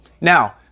Now